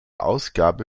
ausgabe